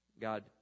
God